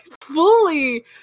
fully